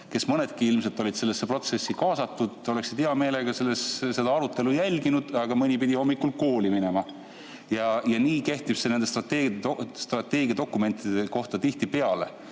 kellest mõnedki olid sellesse protsessi kaasatud, oleksid hea meelega seda arutelu jälginud, aga mõni pidi hommikul kooli minema. See kehtib nende strateegiadokumentide kohta tihtipeale,